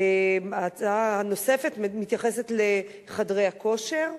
ההצעה הנוספת מתייחסת לחדרי הכושר.